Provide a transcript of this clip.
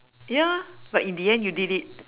ya but in the end you did it